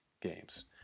games